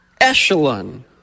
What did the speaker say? echelon